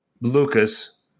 Lucas